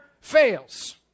fails